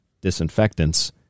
disinfectants